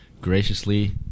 graciously